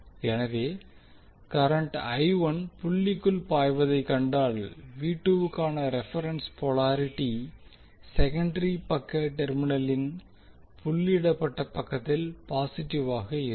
எனவே கரண்ட் புள்ளிக்குள் பாய்வதைக் கண்டால் க்கான ரெபரென்ஸ் போலாரிட்டி செகண்டரி பக்க டெர்மினலின் புள்ளியிடப்பட்ட பக்கத்தில் பாசிட்டிவாக இருக்கும்